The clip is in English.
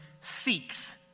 seeks